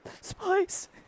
Spice